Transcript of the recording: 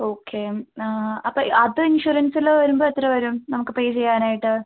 okay അപ്പം അത് ഇൻഷുറൻസിൽ വരുമ്പോൾ എത്ര വരും നമുക്ക് പേ ചെയ്യാനായ്ട്ട്